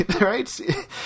Right